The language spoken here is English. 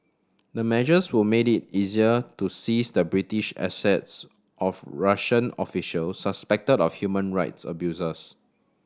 the measures would make it easier to seize the British assets of Russian officials suspected of human rights abuses